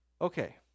Okay